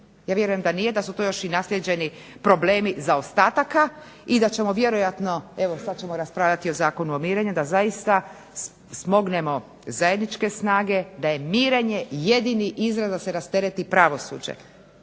Ja vjerujem da nije, da su to još i naslijeđeni problemi zaostataka i da ćemo vjerojatno sad ćemo raspravljati i o Zakonu o mirenju da zaista smognemo zajedničke snage da je mirenje jedini izlaz da se rastereti pravosuđe